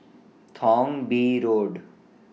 Thong Bee Road